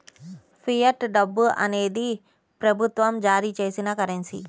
fiat డబ్బు అనేది ప్రభుత్వం జారీ చేసిన కరెన్సీ